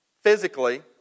physically